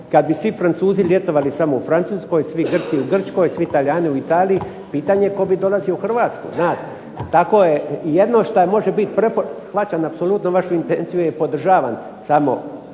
Kad bi svi Francuzi ljetovali samo u Francuskoj, svi Grci u Grčkoj, svi Talijani u Italiji pitanje je tko bi dolazio u Hrvatsku znate. Tako je jedino što može bit, shvaćam apsolutno vašu intenciju i podržavam samo zakonska